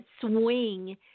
swing